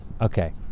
okay